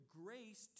grace